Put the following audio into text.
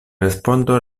respondo